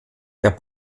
der